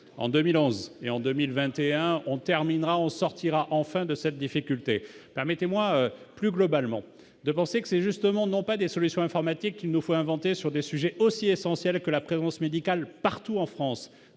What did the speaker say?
en 2011 et en 2021 on terminera en sortira enfin de cette difficulté, permettez-moi, plus globalement, de penser que c'est justement non pas des solutions informatiques qu'il nous faut inventer sur des sujets aussi essentiels que la présence médicale partout en France,